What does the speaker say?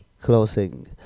Closing